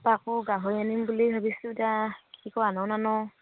আকৌ গাহৰি আনিম বুলি ভাবিছোঁ এতিয়া কি কৰো আনোনে নানো